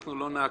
אנחנו לא נעכב,